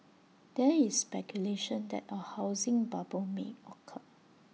there is speculation that A housing bubble may occur